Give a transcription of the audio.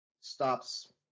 stops